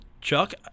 Chuck